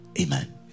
amen